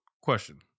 question